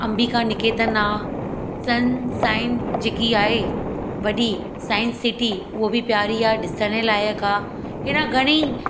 अंबिका निकेतन आहे sun sign जेकी आहे वॾी साइंस सिटी उहा बि प्यारी आहे ॾिसण जे लाइक़ु आहे अहिड़ा घणेई